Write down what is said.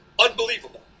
unbelievable